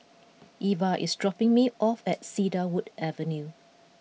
Eva is dropping me off at Cedarwood Avenue